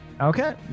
Okay